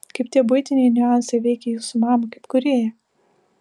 kaip tie buitiniai niuansai veikė jūsų mamą kaip kūrėją